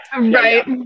right